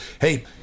Hey